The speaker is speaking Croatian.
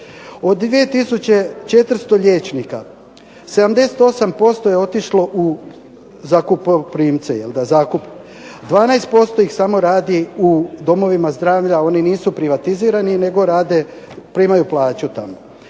400 liječnika 70% je otišlo u zakup, 12% ih samo radi u domovima zdravlja. Oni nisu privatizirani nego rade primaju plaću tamo.